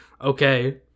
Okay